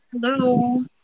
hello